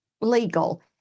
legal